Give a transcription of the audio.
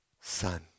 son